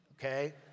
okay